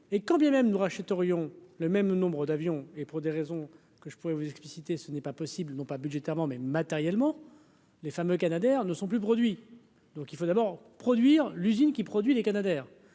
et quand bien même nous rachète aurions le même nombre d'avions et pour des raisons que je pourrais vous expliciter ce n'est pas possible non pas budgétairement mais matériellement les fameux Canadair ne sont plus produits, donc il faut d'abord produire l'usine qui produit des canadairs,